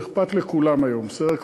זה אכפת לכולם היום, בסדר?